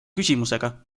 küsimusega